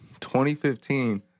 2015